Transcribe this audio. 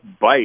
bite